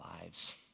lives